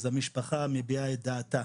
המשפחה מביעה את דעתה.